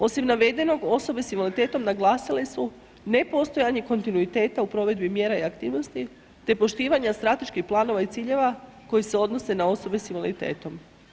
Osim navedenog, osobe s invaliditetom, naglasile su nepostojanje kontinuiteta u provedbi mjera i aktivnosti te poštivanja strateških planova i ciljeva koji se odnose na osobe s invaliditetom.